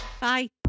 bye